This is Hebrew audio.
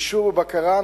אישור ובקרה,